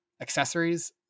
accessories